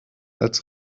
als